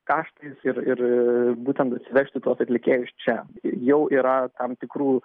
kaštais ir ir būtent atsivežti tuos atlikėjus čia jau yra tam tikrų